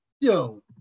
yo